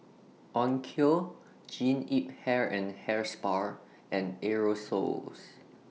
Onkyo Jean Yip Hair and Hair Spa and Aerosoles